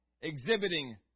Exhibiting